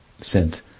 sent